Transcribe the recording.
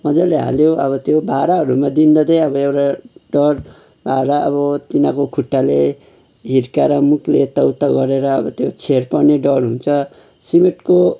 मजाले हाल्यो अब त्यो भाँडाहरूमा दिँदा चाहिँ अब एउटा डर भाँडा अब तिनीहरूको खुट्टाले हिर्काएर मुखले यताउता गरेर अब त्यो छेड पर्ने डर हुन्छ सिमेन्टको